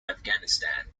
afghanistan